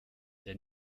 der